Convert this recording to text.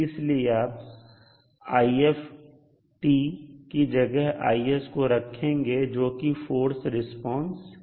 इसलिए आप if की जगह Is को रखेंगे जो कि फोर्स रिस्पांस है